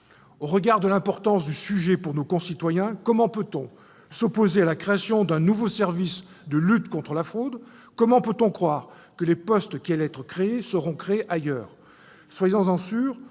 Au regard de l'importance du sujet pour nos concitoyens, comment peut-on s'opposer à la création d'un nouveau service de lutte contre la fraude ? Comment peut-on croire que les postes qui allaient être créés seront créés ailleurs ?